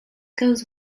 goes